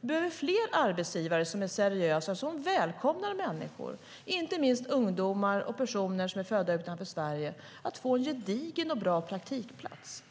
Vi behöver fler arbetsgivare som är seriösa och som välkomnar människor, inte minst ungdomar och personer som är födda utanför Sverige, att få en gedigen och bra praktikplats.